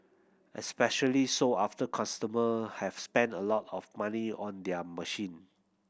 especially so after customer have spent a lot of money on their machine